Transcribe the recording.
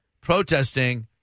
protesting